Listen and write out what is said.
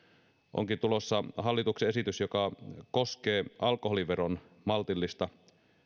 onkin tulossa hallituksen esitys joka koskee alkoholiveron maltillista